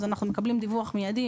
אנחנו מקבלים דיווח מידי,